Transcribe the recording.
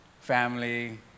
family